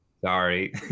sorry